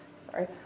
Sorry